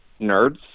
nerds